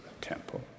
temple